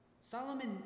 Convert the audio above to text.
Solomon